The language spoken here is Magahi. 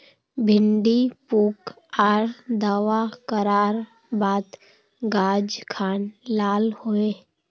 भिन्डी पुक आर दावा करार बात गाज खान लाल होए?